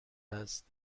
است